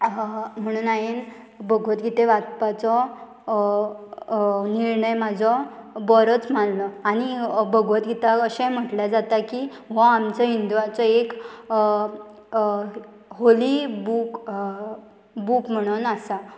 म्हणून हांवें भगवतगीते वाचपाचो निर्णय म्हाजो बरोच मारलो आनी भगवतगीताक अशें म्हटल्यार जाता की हो आमचो हिंदुावांचो एक होली बूक बूक म्हणून आसा